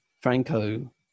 Franco